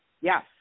Yes